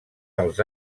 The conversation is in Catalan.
dels